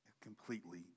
completely